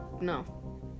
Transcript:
No